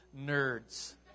nerds